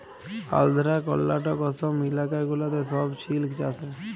আল্ধ্রা, কর্লাটক, অসম ইলাকা গুলাতে ছব সিল্ক চাষ হ্যয়